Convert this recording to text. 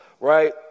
right